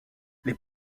les